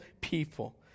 people